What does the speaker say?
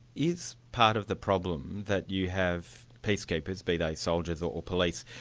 is part of the problem that you have, peacekeepers, be they soldiers or police,